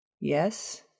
Yes